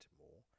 more